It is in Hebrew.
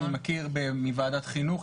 אני מכיר מוועדת חינוך,